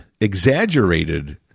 exaggerated